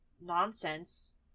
nonsense